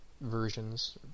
versions